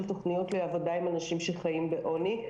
תוכניות לעבודה עם אנשים שחיים בעוני.